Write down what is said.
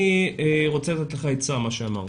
אני רוצה לתת לך עצה, מה שאמרתי.